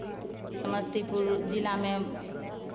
समस्तीपुर जिला में